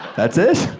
that's it?